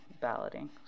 balloting